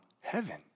heaven